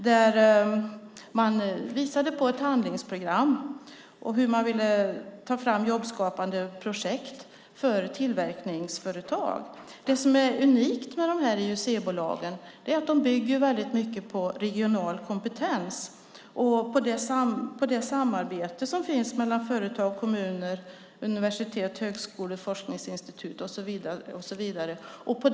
Där visade man på ett handlingsprogram hur man ville ta fram jobbskapande projekt för tillverkningsföretag. Det som är unikt med IUC-bolagen är att de väldigt mycket bygger på regional kompetens och på det samarbete som finns mellan företag, kommuner, universitet, högskolor, forskningsinstitut och så vidare.